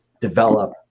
develop